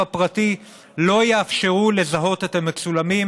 הפרטי לא יאפשרו לזהות את המצולמים,